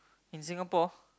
in Singapore